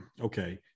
okay